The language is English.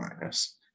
minus